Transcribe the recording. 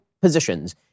positions